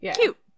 cute